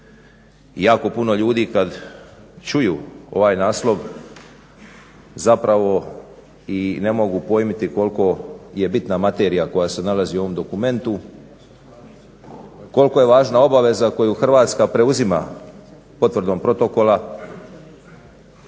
jako puno ljudi kada čuju ovaj naslov zapravo i ne mogu pojmiti koliko je bitna materija koja se nalazi u ovom dokumentu, koliko je važna obaveza koju Hrvatska preuzima potvrdom protokola